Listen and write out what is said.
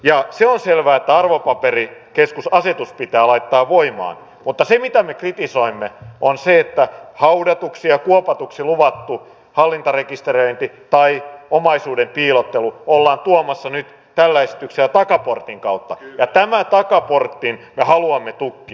ja se on selvää että arvopaperikeskusasetus pitää laittaa voimaan mutta se mitä me kritisoimme on se että haudatuksi ja kuopatuksi luvattu hallintarekisteröinti tai omaisuuden piilottelu ollaan tuomassa nyt tällä esityksellä takaportin kautta ja tämän takaportin me haluamme tukkia